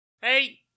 hey